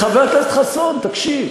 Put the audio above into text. חבר הכנסת חסון, תקשיב.